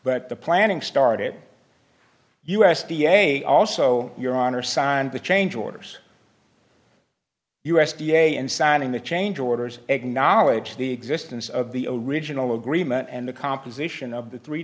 but the planning started u s d a also your honor signed the change orders u s d a and signing the change orders acknowledge the existence of the original agreement and the composition of the three